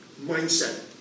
mindset